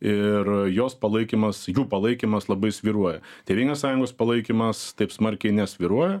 ir jos palaikymas jų palaikymas labai svyruoja tėvynės sąjungos palaikymas taip smarkiai nesvyruoja